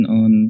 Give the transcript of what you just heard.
on